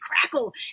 crackle